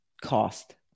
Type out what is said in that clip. cost